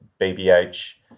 BBH